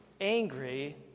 angry